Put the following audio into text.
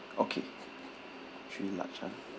okay three large ah